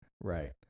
Right